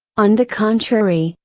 on the contrary,